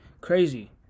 Crazy